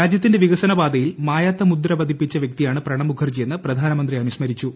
രാജ്യത്തിന്റെ വികസനപാതയിൽ മായാത്ത മുദ്ര പതിപ്പിച്ച വ്യക്തി യാണ് പ്രണബ് മുഖർജിയെന്ന് പ്രധാനമന്ത്രി അനുസ്മരിച്ചു